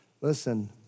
listen